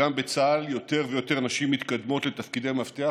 גם בצה"ל יותר ויותר נשים מתקדמות לתפקידי מפתח,